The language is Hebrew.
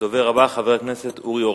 הדובר הבא, חבר הכנסת אורי אורבך,